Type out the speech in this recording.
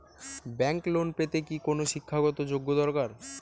Bank loan পেতে কি কোনো শিক্ষা গত যোগ্য দরকার?